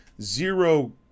zero